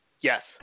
Yes